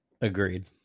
Agreed